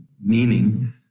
meaning